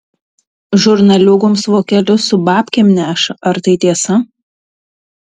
žurnaliūgoms vokelius su babkėm neša ar tai tiesa